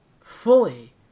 fully